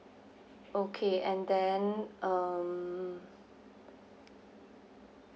okay and then um